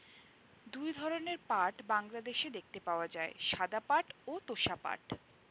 দুই ধরনের পাট বাংলাদেশে দেখতে পাওয়া যায়, সাদা পাট ও তোষা পাট